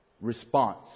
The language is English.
response